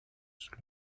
sous